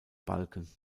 balken